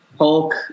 Hulk